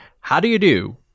how-do-you-do